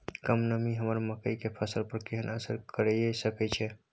कम नमी हमर मकई के फसल पर केहन असर करिये सकै छै?